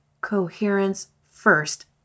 coherence-first